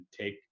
take